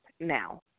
now